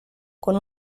con